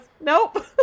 nope